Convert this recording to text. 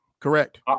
Correct